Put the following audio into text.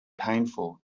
painful